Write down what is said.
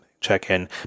check-in